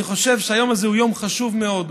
אני חושב שהיום הזה הוא יום חשוב מאוד,